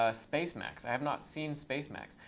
ah spacemacs. i have not seen spacemacs.